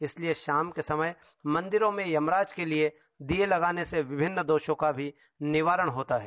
इसलिये षाम के समय मंदिरों में यमराज के लिये दीये लगाने से विभिन्न दोषों का भी निवारण होता हैं